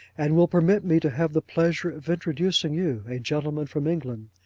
and will permit me to have the pleasure of introducing you a gentleman from england,